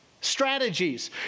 strategies